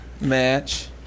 match